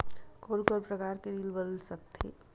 कोन कोन प्रकार के ऋण मिल सकथे?